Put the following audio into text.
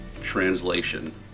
translation